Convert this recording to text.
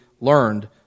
learned